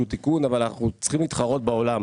תיקון אבל אנחנו צריכים להתחרות בעולם,